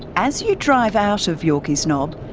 as you drive out of yorkeys knob,